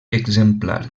exemplar